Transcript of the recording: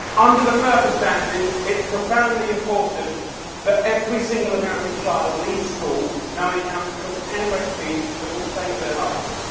under the circumstances, it's profoundly important that every single american child leaves school knowing how to cook ten recipes that will save their life.